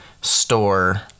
store